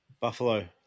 Buffalo